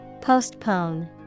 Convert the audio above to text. Postpone